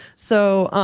so,